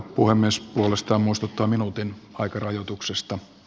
puhemies puolestaan muistuttaa minuutin aikarajoituksesta